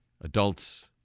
adults